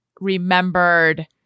remembered